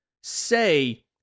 say